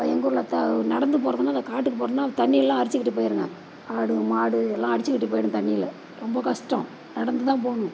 இப்போ எங்கள் ஊரில் த நடந்து போகிறதுனா அந்த காட்டுக்கு போகிறதுனா தண்ணில்லாம் அடிச்சிக்கிட்டு போயிடுங்க ஆடு மாடு எல்லாம் அடிச்சிக்கிட்டு போயிடும் தண்ணியில் ரொம்ப கஷ்டம் நடந்து தான் போகணும்